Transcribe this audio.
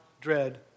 dread